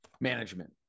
management